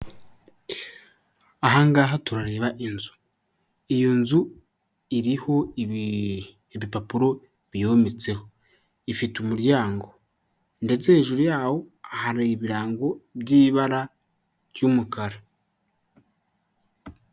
Aha ngaha turareba inzu, iyo nzu iriho ibipapuro biyometseho, ifite umuryango ndetse hejuru yawo ahantu ibirango by'ibara ry'umukara.